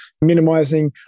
minimizing